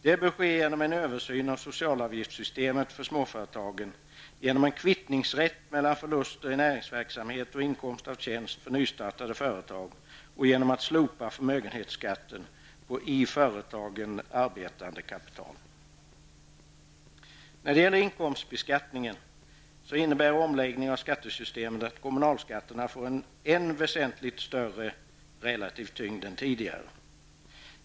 Det bör ske genom en översyn av socialavgiftssystemet för småföretagen, genom en kvittningsrätt mellan förluster i näringsverksamhet och i inkomst av tjänst för nystartade företag och genom att slopa förmögenhetsskatten på i företagen arbetande kapital. När det gäller inkomstbeskattningen innebär omläggningen av skattesystemet att kommunalskatterna får en väsentligt större relativ tyngd än tidigare.